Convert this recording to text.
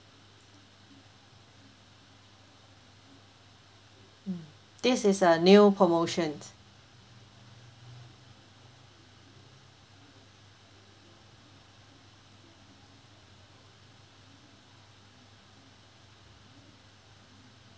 this is a new promotions